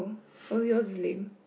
all yours lame